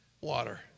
water